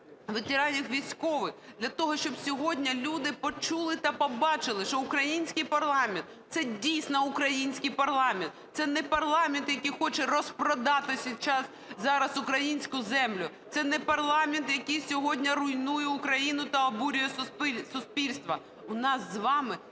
ветеранів-військових, для того щоб сьогодні люди почули та побачили, що український парламент – це дійсно український парламент. Це не парламент, який хоче розпродати зараз українську землю. Це не парламент, який сьогодні руйнує Україну та обурює суспільство. У нас з вами